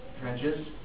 trenches